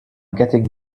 getting